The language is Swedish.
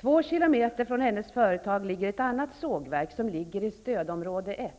Två kilometer från den här kvinnans företag ligger ett annat sågverk, som tillhör stödområde 1.